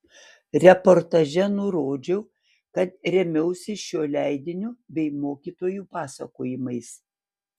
reportaže nurodžiau kad rėmiausi šiuo leidiniu bei mokytojų pasakojimais